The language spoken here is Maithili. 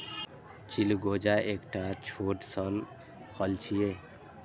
चिलगोजा एकटा छोट सन फल छियै